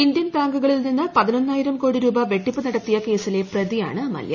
Indian ബാങ്കുകളിൽ നിന്ന് പതിനൊന്നായിരം കോടി രൂപ വെട്ടിപ്പ് നടത്തിയ കേസിലെ പ്രതിയാണ് മല്യ